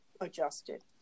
adjusted